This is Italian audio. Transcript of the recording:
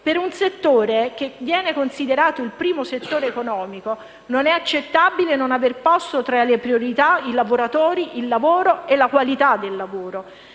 Per un settore che viene considerato il primo settore economico non è accettabile non aver posto tra le priorità i lavoratori, il lavoro e la sua qualità.